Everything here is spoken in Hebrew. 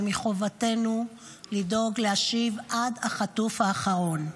ומחובתנו לדאוג להשיב עד החטוף האחרון.